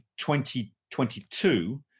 2022